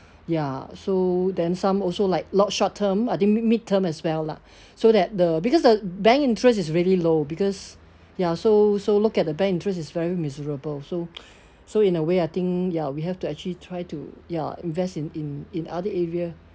ya so then some also like lot short term I did mid mid term as well lah so that the because the bank interest is really low because ya so so look at the bank interest it's very miserable so so in a way I think ya we have to actually try to ya invest in in in other area